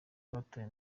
batoye